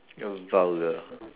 you're vulgar